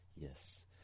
yes